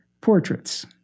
portraits